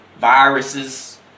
viruses